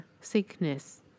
Sickness